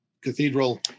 cathedral